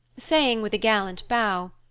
saying, with a gallant bow,